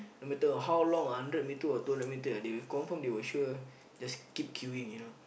no matter how long hundred meter or two hundred meter confirm they will sure just keep queueing you know